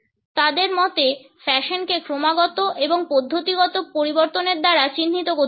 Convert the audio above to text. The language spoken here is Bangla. তাদের মতে ফ্যাশনকে ক্রমাগত এবং পদ্ধতিগত পরিবর্তনের দ্বারা চিহ্নিত করতে হবে